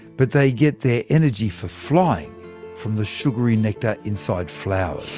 but they get their energy for flying from the sugary nectar inside flowers.